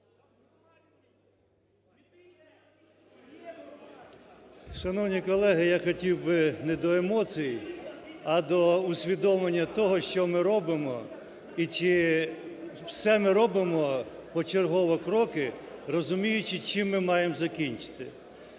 Шановні колеги, я хотів би не до емоцій, а до усвідомлення того, що ми робимо, і чи все ми робимо, почергово кроки, розуміючи, чим ми маємо закінчити.